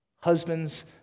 husbands